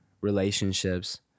relationships